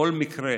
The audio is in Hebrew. כל מקרה